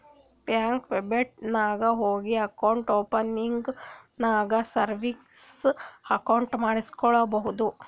ಬ್ಯಾಂಕ್ದು ವೆಬ್ಸೈಟ್ ನಾಗ್ ಹೋಗಿ ಅಕೌಂಟ್ ಓಪನಿಂಗ್ ನಾಗ್ ಸೇವಿಂಗ್ಸ್ ಅಕೌಂಟ್ ಮಾಡುಸ್ಕೊಬೋದು